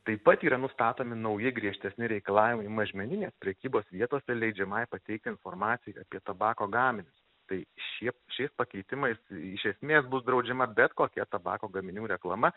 taip pat yra nustatomi nauji griežtesni reikalavimai mažmeninės prekybos vietose leidžiamai pateikti informacijai apie tabako gaminius tai šie šiais pakeitimais iš esmės bus draudžiama bet kokia tabako gaminių reklama